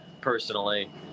personally